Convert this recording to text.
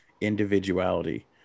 individuality